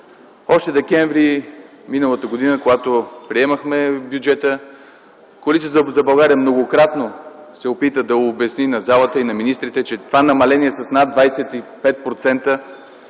Още декември миналата година, когато приемахме бюджета, Коалиция за България многократно се опита да обясни на залата и на министрите, че това намаление с над 25% е